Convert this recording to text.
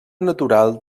natural